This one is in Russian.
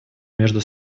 между